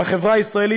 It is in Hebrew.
בחברה הישראלית,